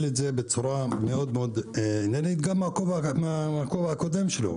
את זה בצורה מאוד כנראה גם מהכובע הקודם שלו.